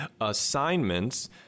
assignments